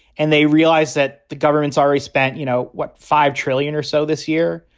and they realize that the government's already spent, you know what, five trillion or so this year.